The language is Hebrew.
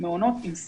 מעונות עם סמל,